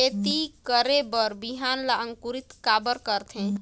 खेती करे बर बिहान ला अंकुरित काबर करथे?